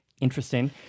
interesting